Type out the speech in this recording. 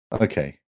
Okay